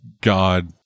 God